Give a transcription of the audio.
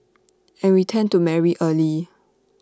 and we tend to marry early